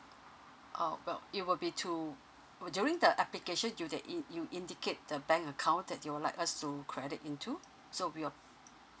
oh well it will be to oh during the application do they in~ you indicate the bank account that you would like us to credit into so we will